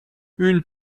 une